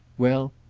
well,